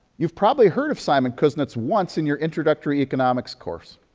youive probably heard of simon kuznets, once, in your introductory economics course.